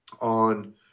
on